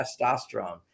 testosterone